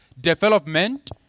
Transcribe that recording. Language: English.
development